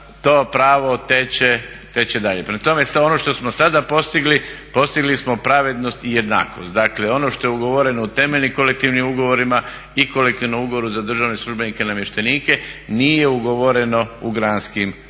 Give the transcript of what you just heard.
to pravo teče dalje. Prema tome ono što smo sada postigli, postigli smo pravednost i jednakost. Dakle ono što je ugovoreno u temeljnim kolektivnim ugovorima i kolektivnom ugovoru za državne službenike i namještenike nije ugovoreno u granskim kolektivnim